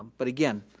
but again,